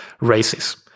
races